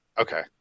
okay